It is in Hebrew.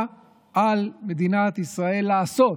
מה על מדינת ישראל לעשות